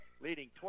Leading